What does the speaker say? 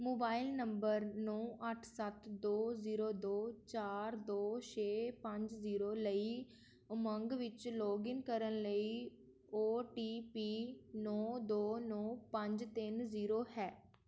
mobile number ਨੌ ਅੱਠ ਸੱਤ ਦੋ ਜ਼ੀਰੋ ਦੋ ਚਾਰ ਦੋ ਛੇ ਪੰਜ ਜ਼ੀਰੋ ਲਈ ਉਮੰਗ ਵਿੱਚ ਲੌਗਇਨ ਕਰਨ ਲਈ ਓ ਟੀ ਪੀ ਨੌ ਦੋ ਨੌ ਪੰਜ ਤਿੰਨ ਜ਼ੀਰੋ ਹੈ